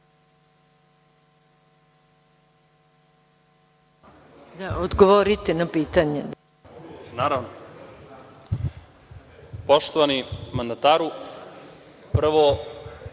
Odgovorite na pitanje.